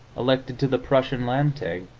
elected to the prussian landtag,